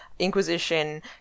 Inquisition